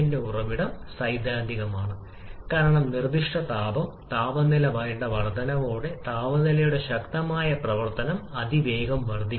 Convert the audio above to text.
ഇപ്പോൾ നമ്മൾക്കറിയാം അതിനാൽ കംപ്രഷൻ പ്രക്രിയ തുടരുമ്പോൾ താപനിലയും വർദ്ധിച്ചുകൊണ്ടിരിക്കുന്നു താപനില അനുസരിച്ച് നിർദ്ദിഷ്ട ചൂടാക്കൽ മാറ്റം വർദ്ധിക്കുന്നു